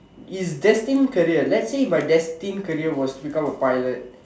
is destined career let's say my destined career was to become a pilot